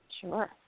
Sure